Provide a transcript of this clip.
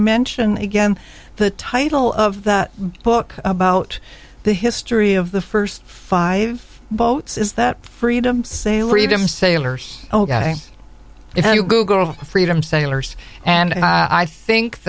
mention again the title of that book about the history of the first five boats is that freedom sail or even sailors ok if you google freedom sailors and i think